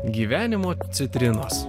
gyvenimo citrinos